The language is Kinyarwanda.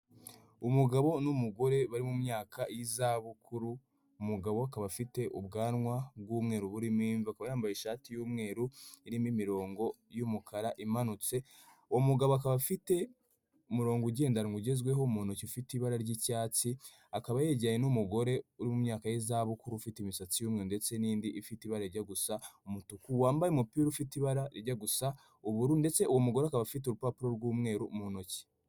Umugabo n'umugore bari mu myaka y'izabukuru. Umugabo akaba afite ubwanwa bw'umweru burimo imvi. Akaba yambaye ishati y'umweru irimo imirongo y'umukara imanutse. Uwo mugabo akaba afite umurongo ugendanwa ugezweho mu ntoki ufite ibara ry'icyatsi. Akaba yegeranye n'umugore uri mu myaka y'izabukuru ufite imisatsi y'umweru ndetse n'indi ifite ibara rijya gusa umutuku, wambaye umupira ufite ibara rijya gusa uburu. Ndetse uwo umugore akaba afite urupapuro rw'umweru mu ntoki.